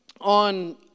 on